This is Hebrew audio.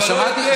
אבל לא יותר.